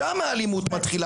שם האלימות מתחילה.